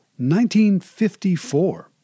1954